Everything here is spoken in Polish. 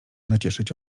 nacieszyć